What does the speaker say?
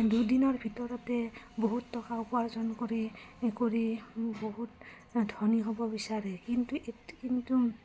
দুদিনৰ ভিতৰতে বহুত টকা উপাৰ্জন কৰি কৰি বহুত ধনী হ'ব বিচাৰে কিন্তু কিন্তু